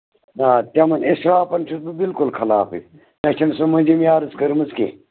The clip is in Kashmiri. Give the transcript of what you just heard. آ تِمن اِسرافَن چھُس بہٕ بِلکُل خِلافٕے مےٚ چھِنہٕ سۄ مٔنزِم یارَز کٔرمٕژ کیٚنٛہہ